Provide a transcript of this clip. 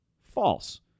False